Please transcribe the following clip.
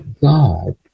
God